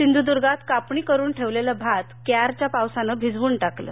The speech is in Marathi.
सिंधुद्गात कापणी करुन ठेवलेलं भात क्यारच्या पावसानं भिजवून टाकलं